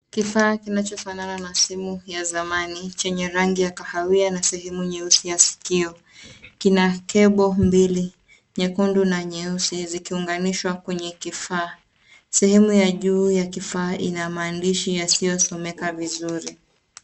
Kifaa kinachofanana na simu ya zamani chenye rangi ya kahawia na sehemu nyeusi ya sikio. Kina cable mbili, nyekundu na nyeusi zikiunganishwa kwenye kifaa. Sehemu ya juu ya kifaa ina maandishi yasiyosomeka vizuri.